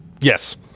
Yes